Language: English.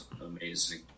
Amazing